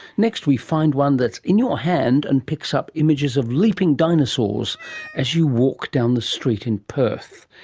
next we find one that's in your hand and picks up images of leaping dinosaurs as you walk down the street in perth.